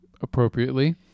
appropriately